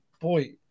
boy